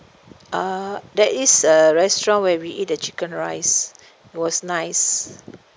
uh there is a restaurant where we eat the chicken rice it was nice